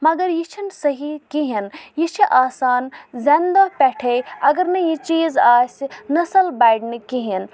مَگر یہِ چھنہٕ صٮحیح کِہینۍ یہِ چھُ آسان زینہٕ دوہ پٮ۪ٹھٕے اَگر نہٕ یہِ چیٖز آسہِ نَسٕل بَڑِ نہٕ کِہینۍ